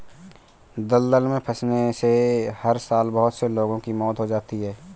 दलदल में फंसने से हर साल बहुत से लोगों की मौत हो जाती है